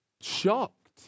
Shocked